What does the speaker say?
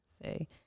say